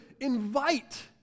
invite